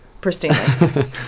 pristinely